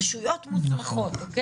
רשויות מוסמכות, בסדר?